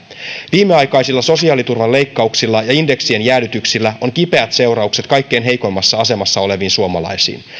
viimeaikaisilla sosiaaliturvan leikkauksilla ja indeksien jäädytyksillä on kipeät seuraukset kaikkein heikoimmassa asemassa oleviin suomalaisiin